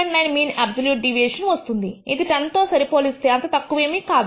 9 mean absolute deviation వస్తుంది ఇది 10 తో సరిపోలిస్తే అంతా తక్కువేమీ కాదు